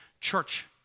church